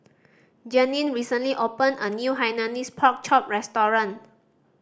Jeanine recently opened a new Hainanese Pork Chop restaurant